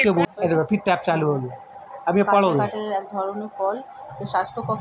কাঁচা কাঁঠাল এক ধরনের ফল যেটা স্বাস্থ্যের পক্ষে খুবই ভালো